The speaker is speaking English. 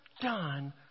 done